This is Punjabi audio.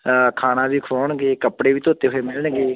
ਖਾਣਾ ਵੀ ਖਵਾਉਣਗੇ ਕੱਪੜੇ ਵੀ ਧੋਤੇ ਹੋਏ ਮਿਲਣਗੇ